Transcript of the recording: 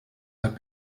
have